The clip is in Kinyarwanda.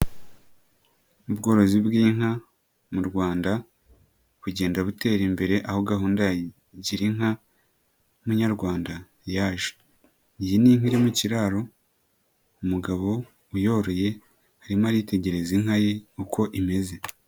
Ubworozi bw'inka mu Rwanda bugenda butera imbere aho gahunda ya gira inka munyarwanda yaje, iyi ni inka iri mu ikiraro umugabo uyoroye arimo aritegereza inka ye uko imeze.